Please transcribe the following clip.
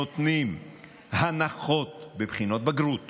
נותנים הנחות בבחינות בגרות